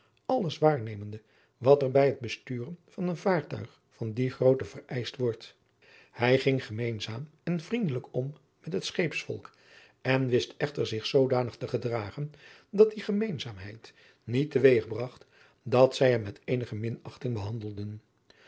alles waarnemende wat er bij het besturen van een vaartuig van die grootte vereischt wordt hij ging gemeenzaam en vriendelijk om met her scheepsvolk en wist echter zich zoodanig te gedragen dat die gemeenzaamheid niet te weeg bragt dat zij hem met eenige minachting behandelden